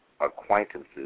acquaintances